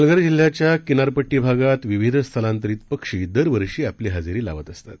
पालघर जिल्हयाच्या किनारपट्टी भागांत विविध स्थलांतरित पक्षी दरवर्षी आपली हजेरी लावत असतात